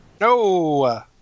No